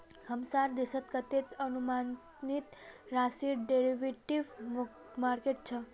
हमसार देशत कतते अनुमानित राशिर डेरिवेटिव मार्केट छ